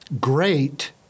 great